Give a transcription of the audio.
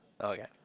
Okay